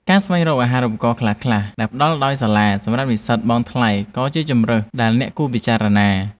ការស្វែងរកអាហារូបករណ៍ខ្លះៗដែលផ្តល់ដោយសាលាសម្រាប់និស្សិតបង់ថ្លៃក៏ជាជម្រើសដែលអ្នកគួរពិចារណា។